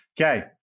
Okay